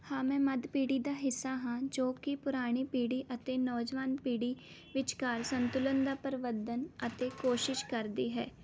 ਹਾਂ ਮੈਂ ਮੱਧ ਪੀੜ੍ਹੀ ਦਾ ਹਿੱਸਾ ਹਾਂ ਜੋ ਕਿ ਪੁਰਾਣੀ ਪੀੜ੍ਹੀ ਅਤੇ ਨੌਜਵਾਨ ਪੀੜ੍ਹੀ ਵਿਚਕਾਰ ਸੰਤੁਲਨ ਦਾ ਪ੍ਰਵਧਨ ਅਤੇ ਕੋਸ਼ਿਸ਼ ਕਰਦੀ ਹੈ